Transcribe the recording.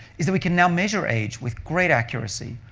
is that we can now measure age with great accuracy.